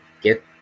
get